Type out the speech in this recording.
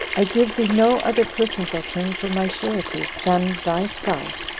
i give thee no other persons, o king, for my sureties, than thyself,